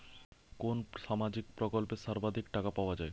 কোন সামাজিক প্রকল্পে সর্বাধিক টাকা পাওয়া য়ায়?